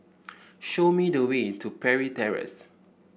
show me the way to Parry Terrace